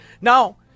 Now